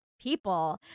people